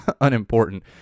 unimportant